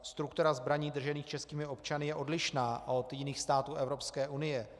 Struktura zbraní držených českými občany je odlišná od jiných států Evropské unie.